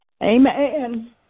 Amen